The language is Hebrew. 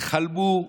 חלמו,